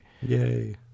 Yay